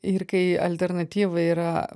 ir kai alternatyva yra